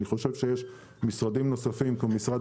אני חושב שיש משרדים נוספים כמו משרד